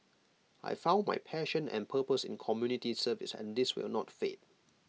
I found my passion and purpose in community service and this will not fade